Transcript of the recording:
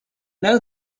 know